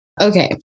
Okay